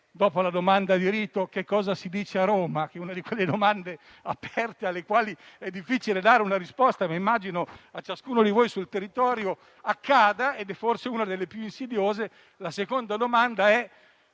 dopo la domanda di rito «Che cosa si dice a Roma» - è una di quelle domande aperte alle quali è difficile dare una risposta, ma immagino che a ciascuno di voi sul territorio accada ed è forse una delle più insidiose - la prima cosa